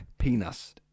penis